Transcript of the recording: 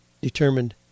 determined